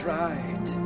right